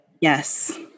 Yes